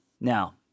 Now